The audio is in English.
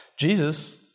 Jesus